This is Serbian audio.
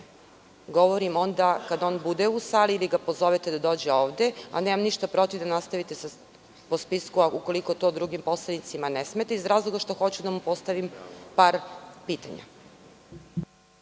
govorim onda kada on bude u sali, ili da ga pozovete da dođe ovde, a nemam ništa protiv da nastavite po spisku, ukoliko to drugim poslanicima ne smeta, iz razloga što hoću da mu postavim par pitanja.